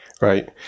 Right